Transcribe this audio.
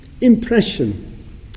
impression